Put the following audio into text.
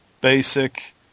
basic